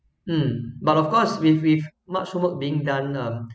mm but of course with with much work being done um